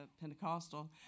Pentecostal